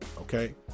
Okay